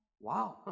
Wow